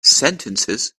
sentences